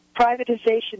privatization